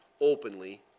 openly